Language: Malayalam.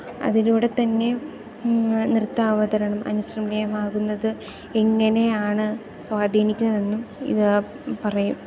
അതിലൂടെ തന്നെ നൃത്താവതരണം അനുസ്മരണീയമാകുന്നത് എങ്ങനെയാണ് സ്വാധീനിക്ക്ന്നതെന്നും ഇത് പറയും